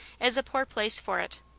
is a poor place for it.